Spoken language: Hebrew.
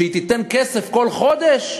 שהיא תיתן כסף כל חודש,